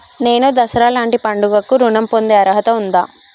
నేను దసరా లాంటి పండుగ కు ఋణం పొందే అర్హత ఉందా?